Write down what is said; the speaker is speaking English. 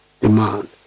demand